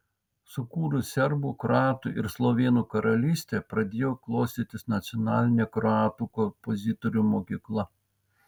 sukūrus serbų kroatų ir slovėnų karalystę pradėjo klostytis nacionalinė kroatų kompozitorių mokykla